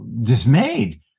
dismayed